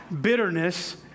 bitterness